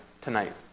tonight